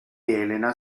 elena